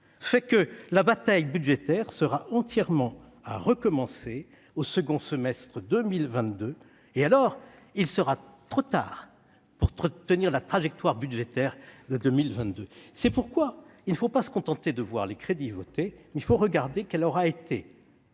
fait que la bataille budgétaire sera entièrement à recommencer au second semestre 2022. Il sera alors trop tard pour tenir la trajectoire budgétaire de 2022. C'est pourquoi il ne faut pas se contenter de voir les crédits votés, il faut regarder quel aura été